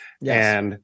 Yes